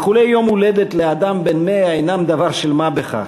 איחולי יום הולדת לאדם בן 100 אינם דבר של מה בכך.